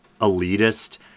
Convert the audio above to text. elitist